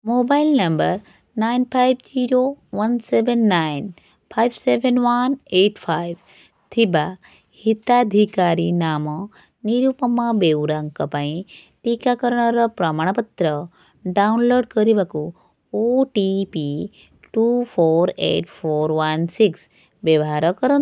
mobile number nine five zero one seven nine five seven one eight five ଥିବା ହିତାଧିକାରୀ ନାମ ନିରୁପମା ବେଉରାଙ୍କ ପାଇଁ ଟିକାକରଣର ପ୍ରମାଣପତ୍ର ଡାଉନଲୋଡ଼୍ କରିବାକୁ O T P two four eight four one six ବ୍ୟବହାର କରନ୍ତୁ